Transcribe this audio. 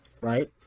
right